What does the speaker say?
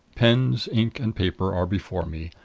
pens, ink and paper are before me.